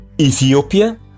Ethiopia